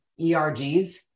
ERGs